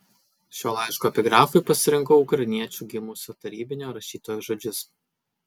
šio laiško epigrafui pasirinkau ukrainiečiu gimusio tarybinio rašytojo žodžius